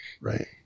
Right